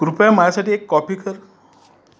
कृपया माझ्यासाठी एक कॉपी कर